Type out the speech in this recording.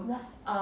what